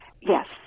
Yes